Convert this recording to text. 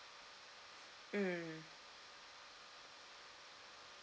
mm